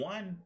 One